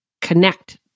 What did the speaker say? connect